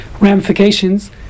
ramifications